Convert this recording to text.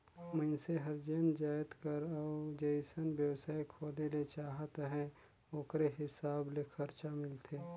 मइनसे हर जेन जाएत कर अउ जइसन बेवसाय खोले ले चाहत अहे ओकरे हिसाब ले खरचा मिलथे